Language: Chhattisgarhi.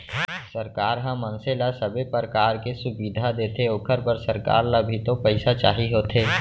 सरकार ह मनसे ल सबे परकार के सुबिधा देथे ओखर बर सरकार ल भी तो पइसा चाही होथे